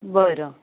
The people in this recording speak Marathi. बरं